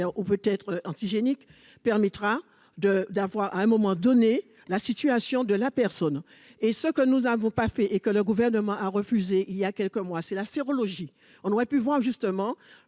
on peut être antigénique permettra de d'avoir à un moment donné, la situation de la personne et ce que nous avons pas fait et que le gouvernement a refusé il y a quelques mois, c'est la sérologie, on aurait pu voir justement